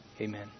Amen